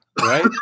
right